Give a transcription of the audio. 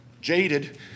jaded